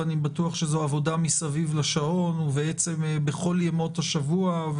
ואני בטוח שזו עבודה מסביב לשעון ובעצם בכל ימות השבוע,